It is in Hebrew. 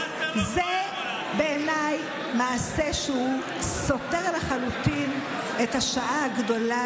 זה בעיניי מעשה שסותר לחלוטין את השעה הגדולה